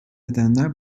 edenler